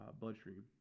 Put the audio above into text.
bloodstream